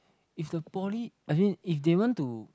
if the poly I mean if they want to